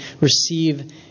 receive